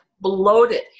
bloated